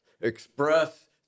express